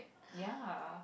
ya